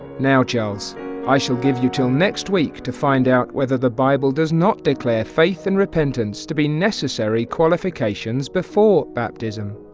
now charles i shall give you till next week to find out whether the bible does not declare faith and repentance to be necessary qualifications before baptism